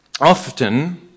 often